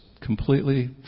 completely